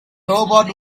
robot